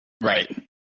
Right